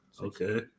Okay